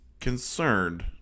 concerned